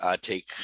take